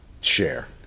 share